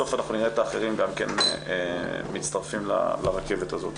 בסוף אנחנו נראה את האחרים גם כן מצטרפים לרכבת הזאת.